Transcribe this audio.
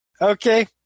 okay